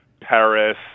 Paris